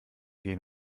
gehen